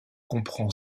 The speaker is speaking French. comprend